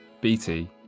BT